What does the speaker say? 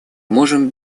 можем